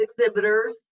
exhibitors